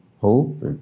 hope